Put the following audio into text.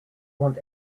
want